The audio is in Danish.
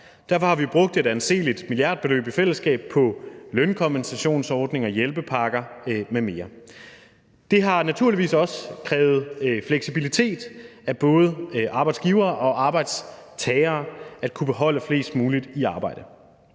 Derfor har vi brugt et anseligt milliardbeløb i fællesskab på lønkompensationsordninger, hjælpepakker m.m. Det har naturligvis også krævet fleksibilitet af både arbejdsgivere og arbejdstagere at kunne beholde flest muligt i arbejde.